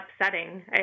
upsetting